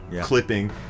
clipping